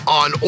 on